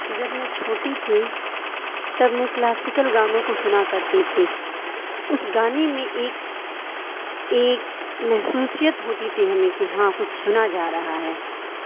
جب میں چھوٹی تھی تب میں کلاسیکل گانوں کو سنا کرتی تھی اس گانے میں ایک ایک محسوس ہوتی تھی ہمیں کہ ہاں کچھ سنا جا رہا ہے